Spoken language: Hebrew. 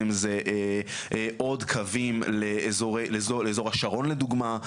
בין אם זה עוד קווים לאזור השרון לדוגמה,